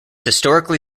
historically